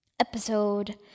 episode